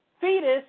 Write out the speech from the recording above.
fetus